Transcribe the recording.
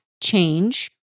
change